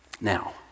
Now